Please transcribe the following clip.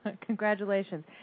Congratulations